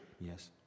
Yes